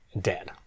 dead